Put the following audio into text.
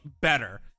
better